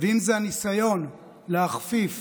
ואם זה הניסיון להכפיף